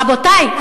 רבותי,